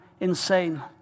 Insane